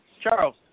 Charles